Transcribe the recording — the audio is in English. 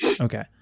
Okay